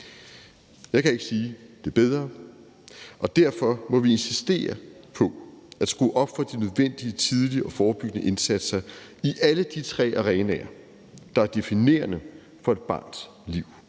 Jeg kan ikke sige det bedre, og derfor må vi insistere på at skrue op for de nødvendige tidlige og forebyggende indsatser i alle de tre arenaer, der er definerende for et barns liv: